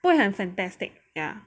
不会很 fantastic yeah